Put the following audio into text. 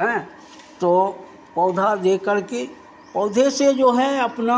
हाँ तो पौधा दे कर के पौधे से जो है अपना